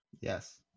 Yes